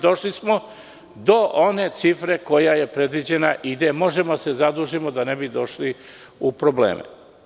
Došli smo do one cifre koja je predviđena i gde možemo da se zadužimo da ne bi došli u probleme.